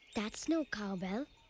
that's no cow bell.